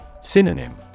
Synonym